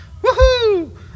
woohoo